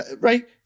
right